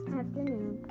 afternoon